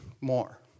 more